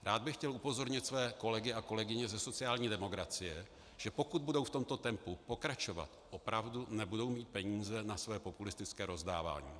Rád bych chtěl upozornit své kolegy a kolegyně ze sociální demokracie, že pokud budou v tomto tempu pokračovat, opravdu nebudou mít peníze na své populistické rozdávání.